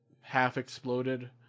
half-exploded